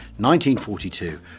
1942